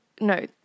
no